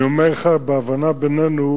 אני אומר לך, בהבנה בינינו,